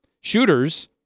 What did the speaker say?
Shooters